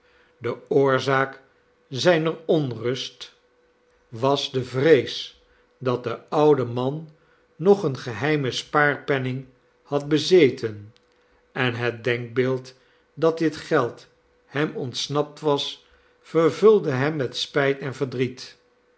de oorzaak zijner onrust was de vrees dat de oude man nog een geheimen spaarpenning had bezeten en het denkbeeld dat dit geld hem ontsnapt was vervulde hem met spijt en verdriet